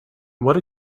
what